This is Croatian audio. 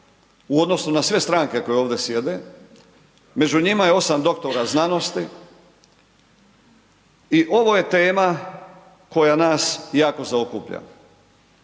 u odnosu na sve stranke koje ovdje sjede, među njima je 8 doktora znanosti i ovo je tema koja nas jako zaokuplja.